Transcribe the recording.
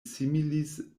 similis